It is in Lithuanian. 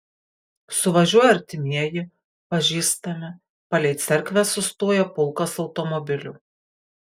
suvažiuoja artimieji pažįstami palei cerkvę sustoja pulkas automobilių